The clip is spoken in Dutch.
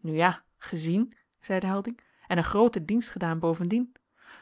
nu ja gezien zeide helding en een grooten dienst gedaan bovendien